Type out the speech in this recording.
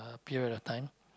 period of time